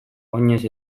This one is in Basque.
oinez